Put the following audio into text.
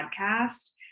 podcast